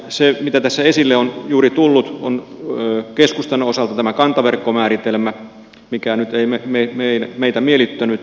se mitä tässä esille on juuri tullut on keskustan osalta tämä kantaverkkomääritelmä mikä ei nyt meitä miellyttänyt